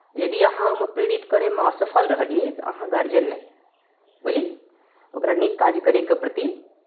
यदि अहाँ ओहिमे प्रेरित करैमे असफल रहलियै तऽ अहाँ गार्जियन नहि बुझलियै ओकरा नीक काज करैके प्रति